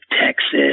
Texas